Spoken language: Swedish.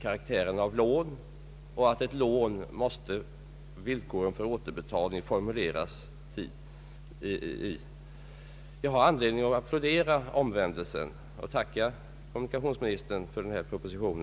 karaktären av lån och att villkor för återbetalning av lånen borde formuleras. Jag har därför anledning att i dag applådera omvändelsen och att tacka kommunikationsministern för denna proposition.